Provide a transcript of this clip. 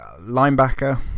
Linebacker